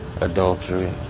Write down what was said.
adultery